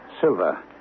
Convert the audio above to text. silver